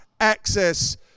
access